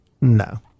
No